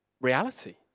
reality